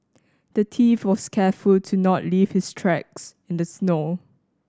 the thief was careful to not leave his tracks in the snow